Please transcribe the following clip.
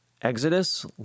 Exodus